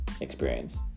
experience